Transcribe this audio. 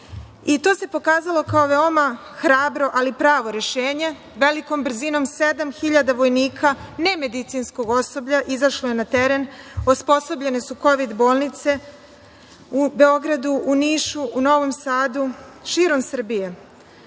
i to se pokazalo kao veoma hrabro, ali pravo rešenje. Velikom brzinom 7.000 vojnika, ne medicinskog osoblja izašlo je na teren, osposobljene su kovid bolnice u Beogradu, u Nišu, u Novom Sadu, širom Srbije.